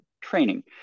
training